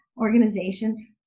organization